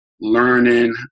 learning